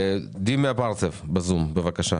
דימה אפרצב בזום, בבקשה.